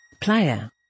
Player